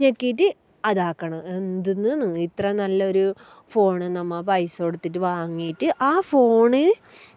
ഞെക്കിയിട്ട് അതാക്കുന്നു എന്താണ് ഇത്ര നല്ലൊരു ഫോൺ നമ്മൾ പൈസ കൊടുത്തിട്ട് വാങ്ങിയിട്ട് ആ ഫോൺ